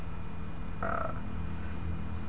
uh